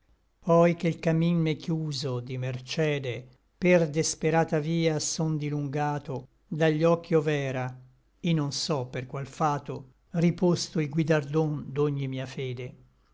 poi che l camin m'è chiuso di mercede per desperata via son dilungato da gli occhi ov'era i non so per qual fato riposto il guidardon d'ogni mia fede